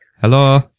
Hello